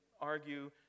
argue